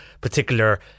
particular